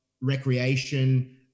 recreation